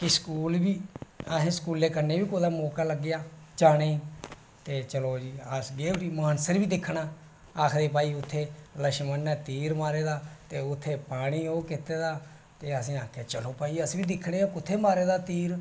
ते मानसर घूमना ते फ्ही स्कूल बी असें स्कूले कन्नै बी कुदै मौका लग्गेआ ते चलो जी अस गे चलो मानसर बी दिक्खना लक्ष्मण ने तीर मारे दा ते उत्थै पानी ओह् कीते दा ते असें आखेआ चलो भाई कुत्थै मारे दा तीर